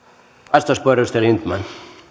arvoisa